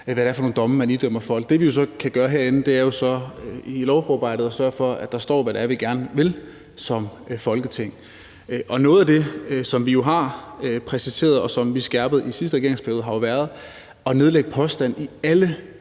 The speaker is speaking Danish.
hvad det er for nogle domme, man idømmer folk. Det, vi jo så kan gøre herinde, er i lovforarbejdet at sørge for, at der står, hvad vi gerne vil som Folketing. Noget af det, som vi jo har præciseret, og som vi skærpede i sidste regeringsperiode, har været i alle de sager, hvor